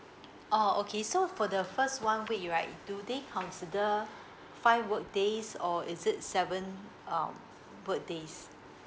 oh okay so for the first one week right do they consider five work days or is it seven um work days